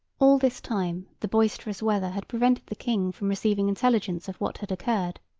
all this time, the boisterous weather had prevented the king from receiving intelligence of what had occurred.